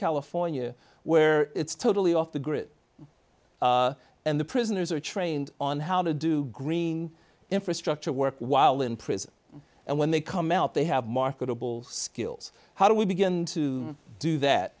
california where it's totally off the grid and the prisoners are trained on how to do green infrastructure work while in prison and when they come out they have marketable skills how do we begin to do that